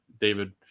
David